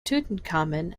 tutankhamun